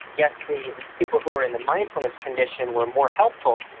yes, the people who were in the mindfulness condition were more helpful,